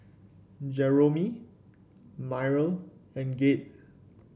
Jeromy Myrle and Gabe